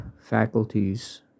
faculties